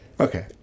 Okay